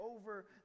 over